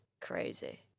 crazy